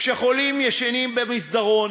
כשחולים ישנים במסדרון,